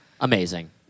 amazing